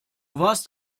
warst